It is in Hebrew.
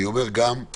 אני אומר מכאן